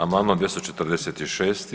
Amandman 246.